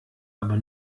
aber